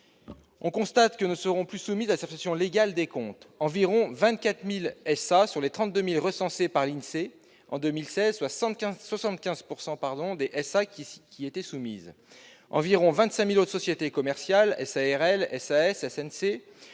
[on constate] que ne seront plus soumises à la certification légale des comptes environ 24 000 SA sur les 32 000 recensées par l'INSEE en 2016, soit 75 % des SA qui y étaient soumises, et environ 25 000 autres sociétés commerciales- SARL, SAS, SNC,